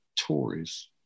Tories